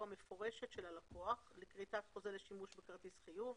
המפורשת של הלקוח לכריתת חוזה לשימוש בכרטיס חיוב